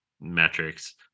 metrics